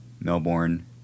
melbourne